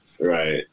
right